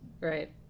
Right